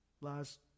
last